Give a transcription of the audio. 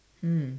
mm